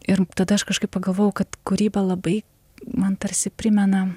ir tada aš kažkaip pagalvojau kad kūryba labai man tarsi primena